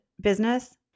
business